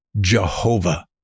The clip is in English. Jehovah